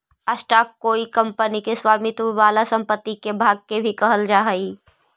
stock कोई company के स्वामित्व वाला संपत्ति के भाग के भी कहल जा हई